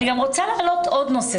אני רוצה להעלות עוד נושא.